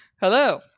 Hello